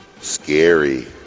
Scary